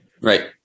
Right